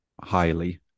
highly